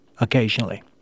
occasionally